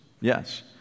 Yes